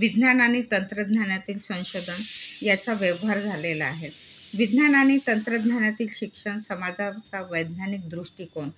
विज्ञान आणि तंत्रज्ञानातील संशोधन याचा व्यवहार झालेला आहे विज्ञान आणि तंत्रज्ञानातील शिक्षण समाजाचा वैज्ञानिक दृष्टिकोन